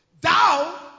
Thou